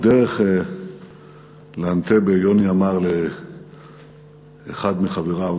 בדרך לאנטבה יוני אמר לאחד מחבריו